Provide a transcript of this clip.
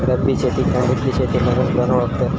रब्बी शेतीक थंडीतली शेती म्हणून पण ओळखतत